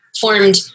formed